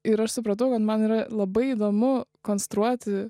ir aš supratau kad man yra labai įdomu konstruoti